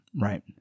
right